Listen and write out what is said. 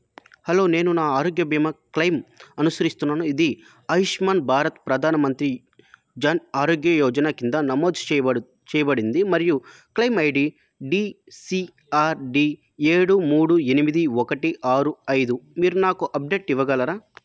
hello నేను నా ఆరోగ్య బీమా క్లైమ్ అనుసరిస్తున్నాను ఇది ఆయుష్మాన్ భారత్ ప్రధాన మంత్రి జన్ ఆరోగ్య యోజన క్రింద నమోదు చేయబడుద్ చేయబడింది మరియు క్లైమ్ ఐడి డీసీఆర్డీ ఏడు మూడు ఎనిమిది ఒకటి ఆరు ఐదు మీరు నాకు అప్డేట్ ఇవ్వగలరా